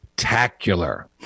Spectacular